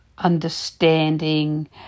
understanding